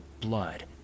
blood